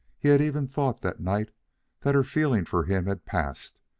he had even thought that night that her feeling for him had passed,